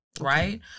right